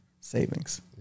savings